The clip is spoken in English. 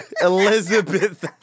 Elizabeth